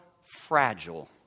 fragile